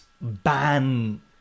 ban